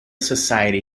society